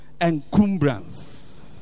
Encumbrance